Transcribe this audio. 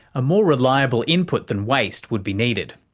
a more reliable input than waste would be needed.